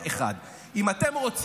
זה, 1. אם אתם רוצים,